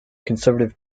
conservative